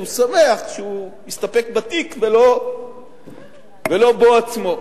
הוא שמח שהוא הסתפק בתיק ולא בו עצמו.